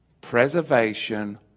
Preservation